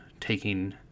taking